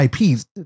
IPs